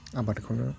आबादखौनो